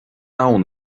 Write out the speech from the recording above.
abhainn